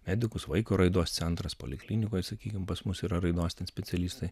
medikus vaiko raidos centras poliklinikoj sakykim pas mus yra raidos ten specialistai